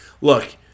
Look